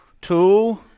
two